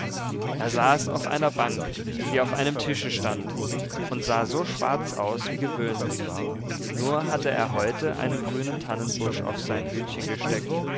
er saß auf einer bank die auf einem tische stand und sah so schwarz aus wie gewöhnlich nur hatte er heute einen grünen tannenbusch auf sein hütchen gesteckt